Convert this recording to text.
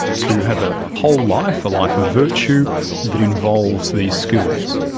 to have a whole life, a life of virtue that involves these skills.